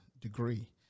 degree